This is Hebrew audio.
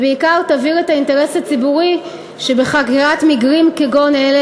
והיא בעיקר תבהיר את האינטרס הציבורי שבחקירת מקרים כגון אלה